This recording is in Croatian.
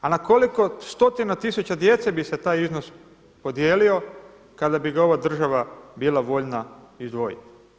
A na koliko stotina tisuća djece bi se taj iznos podijelio kada bi ga ova država bila voljna izdvojiti?